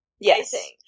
Yes